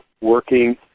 working